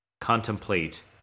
contemplate